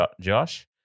Josh